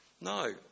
no